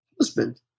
husband